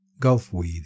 Gulfweed